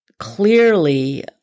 clearly